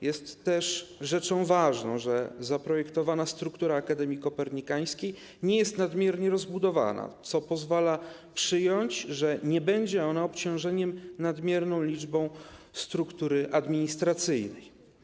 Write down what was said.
Jest też rzeczą ważną, że zaprojektowana struktura Akademii Kopernikańskiej nie jest nadmiernie rozbudowana, co pozwala przyjąć, że nie będzie ona obciążeniem z powodu nadmiernej warstwy administracyjnej.